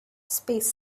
space